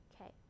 okay